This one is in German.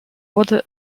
wurde